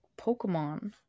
Pokemon